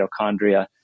mitochondria